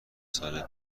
سال